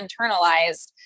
internalized